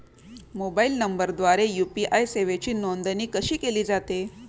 Mobile नंबरद्वारे UPI सेवेची नोंदणी कशी केली जाते?